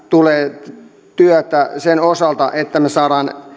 tulee lisää työtä sen osalta että me saamme